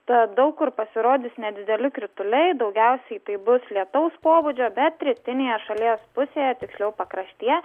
tad daug kur pasirodys nedideli krituliai daugiausiai tai bus lietaus pobūdžio bet rytinėje šalies pusėje tiksliau pakraštyje